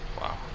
Wow